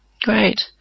Great